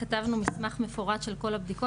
כתבנו מסמך מפורט של כל הבדיקות,